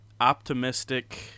optimistic